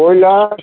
broiler